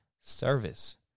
service